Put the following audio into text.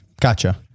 Gotcha